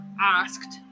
asked